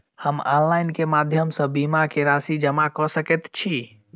हम ऑनलाइन केँ माध्यम सँ बीमा केँ राशि जमा कऽ सकैत छी?